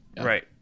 Right